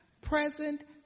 present